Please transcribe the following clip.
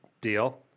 deal